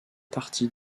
partie